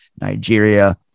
Nigeria